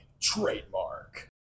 Trademark